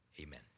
Amen